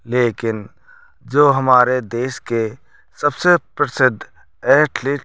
लेकिन जो हमारे देश के सबसे प्रसिद्ध एथलीट